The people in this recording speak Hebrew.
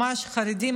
ממש חרדים,